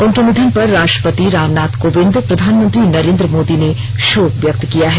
उनके निधन पर राष्ट्रपति रामनाथ कोविंद प्रधानमंत्री नरेन्द्र मोदी ने शोक व्यक्त किया है